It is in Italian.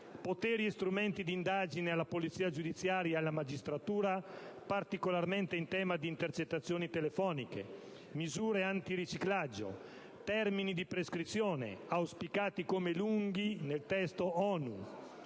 poteri e strumenti di indagine alla polizia giudiziaria e alla magistratura (particolarmente in tema di intercettazioni telefoniche); misure anti-riciclaggio; termini di prescrizione (auspicati come "lunghi" nel testo ONU);